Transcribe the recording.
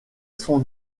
son